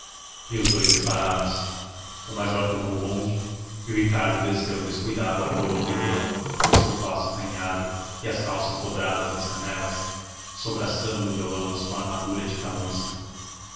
e os dous separaram-se o major tomou o bonde e ricardo desceu descuidado a rua do ouvidor com o seu passo acanhado e as calças dobradas nas canelas sobraçando o violão na sua armadura de camurça